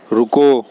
रुको